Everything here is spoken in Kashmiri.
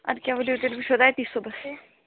اَدٕ کیٛاہ ؤلِو تیٚلہِ وُچھَو تٔتی صُبحَس